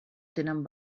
tenen